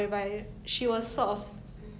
okay thanks for not spoiling